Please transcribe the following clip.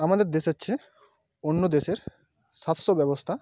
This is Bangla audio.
আমাদের দেশের চেয়ে অন্য দেশের স্বাস্থ ব্যবস্থা